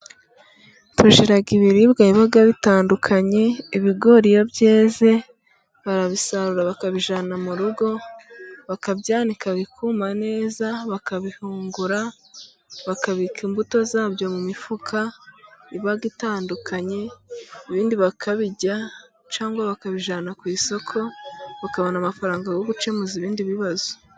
Bagira ibiribwa biba bitandukanye. Ibigori iyo byeze barabisarura, bakabijyana mu rugo, bakabireka bikuma neza. Bakabihungura bakabika imbuto zabyo mu mifuka, iba itandukanye. Ibindi bakabirya cyangwa bakabijyana ku isoko, bakabona amafaranga yo gukemuza ibindi bibazo.